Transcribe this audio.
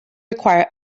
require